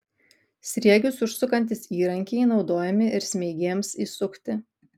sriegius užsukantys įrankiai naudojami ir smeigėms įsukti